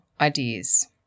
ideas